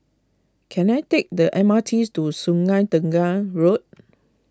can I take the MRT's to Sungei Tengah Road